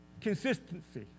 Consistency